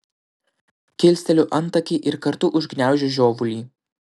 kilsteliu antakį ir kartu užgniaužiu žiovulį